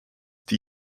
die